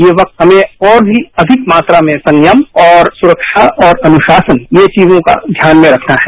ये क्त हमें और भी मात्रा में संयम और सुरक्षा और अनुशासन ये चीजों का ध्यान में रखना है